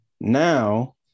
Now